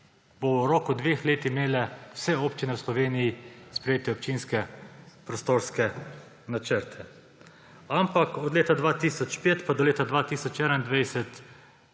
bodo v roku dveh let imele vse občine v Sloveniji sprejete občinske prostorske načrte. Ampak od leta 2005 pa do leta 2021